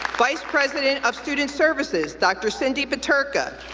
vice president of student services dr. cindy peterka,